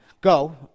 Go